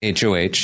HOH